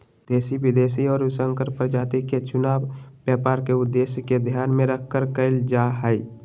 देशी, विदेशी और संकर प्रजाति के चुनाव व्यापार के उद्देश्य के ध्यान में रखकर कइल जाहई